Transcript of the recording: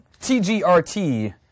Tgrt